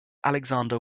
alexander